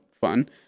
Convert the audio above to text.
fun